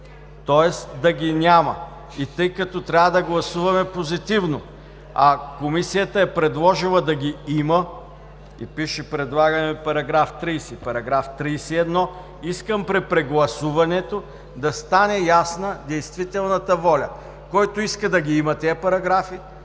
Тоест да ги няма. Тъй като трябва да гласуваме позитивно, а Комисията е предложила да ги има и пише: „Предлагаме § 30 и § 31“, искам при прегласуването да стане ясна действителната воля. Който иска да ги има тези параграфи,